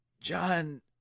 John